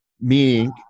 meaning